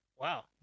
wow